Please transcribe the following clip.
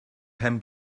pen